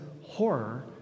horror